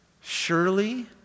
surely